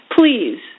please